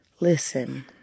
Listen